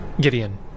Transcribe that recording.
Gideon